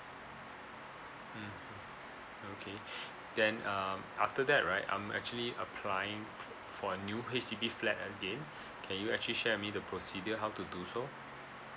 mmhmm okay then uh after that right I'm actually applying f~ for a new H_D_B flat again can you actually share with me the procedure how to do so